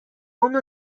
اونو